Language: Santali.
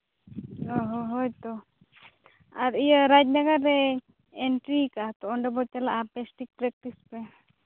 ᱚᱸᱻ ᱦᱚᱸ ᱦᱳᱭᱛᱚ ᱟᱨ ᱤᱭᱟᱹ ᱨᱟᱡᱽᱱᱚᱜᱚᱨ ᱨᱮ ᱮᱱᱴᱨᱤ ᱠᱟᱜᱼᱟ ᱛᱚ ᱚᱸᱰᱮ ᱵᱚ ᱪᱟᱞᱟᱜᱼᱟ ᱯᱮᱠᱴᱤᱥ ᱯᱮᱠᱴᱤᱥ ᱯᱮ